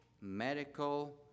medical